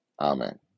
Amen